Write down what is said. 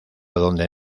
donde